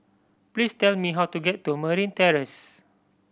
please tell me how to get to Merryn Terrace